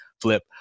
Flip